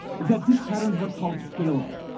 is that this pattern is what's called scalable,